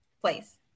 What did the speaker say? place